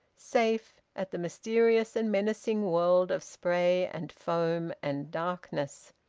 safe, at the mysterious and menacing world of spray and foam and darkness.